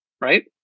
Right